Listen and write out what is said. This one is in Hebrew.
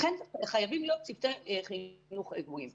לכן חייבים להיות צוותי חינוך קבועים.